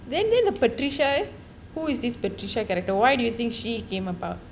then they the patricia who is this patricia character why do you think she came up